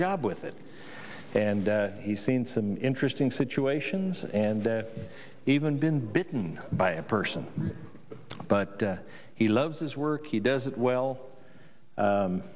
job with it and he's seen some interesting situations and even been bitten by a person but he loves his work he does it well